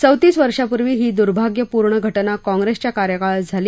चौतीस वर्षांपूर्वी ही दुर्भाग्यपूर्ण घटना काँग्रेसच्या कार्यकाळात झाली